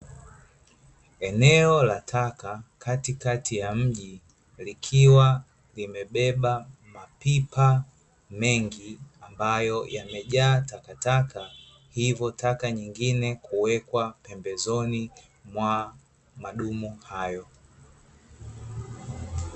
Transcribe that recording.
Eneo la taka katikati ya mji, likiwa limebeba mapipa mengi ambayo yamejaa takataka, hivyo taka nyingine kuwekwa pembezoni mwa madumu hayo.